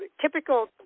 typical